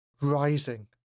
rising